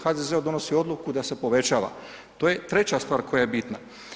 HDZ donosi odluku da se povećava, to je treća stvar koja je bitna.